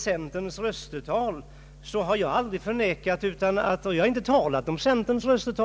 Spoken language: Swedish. Centerns röstetal har jag aldrig talat om på annat sätt